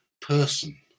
person